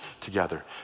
together